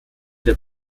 der